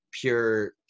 pure